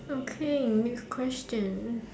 okay next question